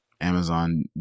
Amazon